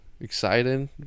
excited